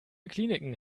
kliniken